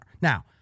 Now